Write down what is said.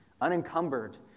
unencumbered